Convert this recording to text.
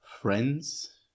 friends